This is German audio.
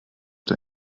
der